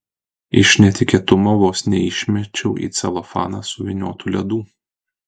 iš netikėtumo vos neišmečiau į celofaną suvyniotų ledų